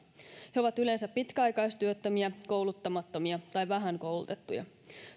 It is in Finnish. he ovat yleensä pitkäaikaistyöttömiä kouluttamattomia tai vähän koulutettuja